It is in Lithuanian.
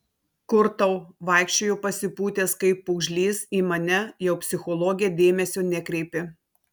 kur tau vaikščiojo pasipūtęs kaip pūgžlys į mane jau psichologę dėmesio nekreipė